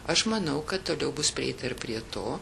aš manau kad toliau bus prieita ir prie to